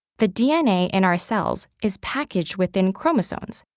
the dna in our cells is packaged within chromosomes,